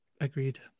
agreed